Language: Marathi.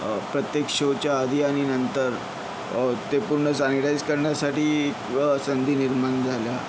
प्रत्येक शोच्या आधी आणि नंतर ते पूर्ण सॅनिटाईज करण्यासाठी संधी निर्माण झाल्या